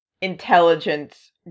intelligence